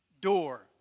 door